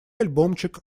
альбомчик